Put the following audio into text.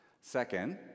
Second